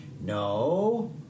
no